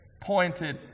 pointed